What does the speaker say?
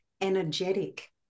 energetic